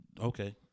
Okay